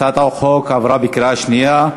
הצעת החוק עברה בקריאה שנייה.